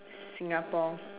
singapore